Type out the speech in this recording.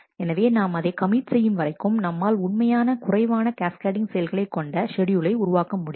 எனவே நாம் அதை கமிட் செய்யும் வரைக்கும் நம்மால் உண்மையாக குறைவான கேஸ்கேடிங் செயல்களை கொண்ட ஷெட்யூலை உருவாக்க முடியும்